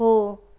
हो